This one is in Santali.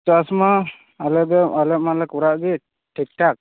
ᱪᱚᱥᱢᱟ ᱟᱞᱮ ᱫᱚ ᱟᱞᱮ ᱢᱟᱞᱮ ᱠᱚᱨᱟᱣ ᱜᱮ ᱴᱷᱤᱠᱴᱷᱟᱠ